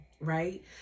right